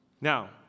Now